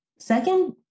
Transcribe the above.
Second